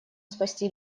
спасти